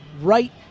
right